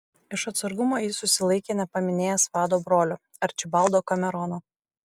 iš atsargumo jis susilaikė nepaminėjęs vado brolio arčibaldo kamerono